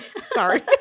Sorry